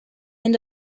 end